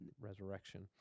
resurrection